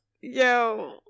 yo